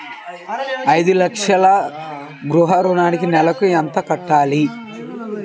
ఐదు లక్షల గృహ ఋణానికి నెలకి ఎంత కట్టాలి?